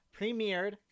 premiered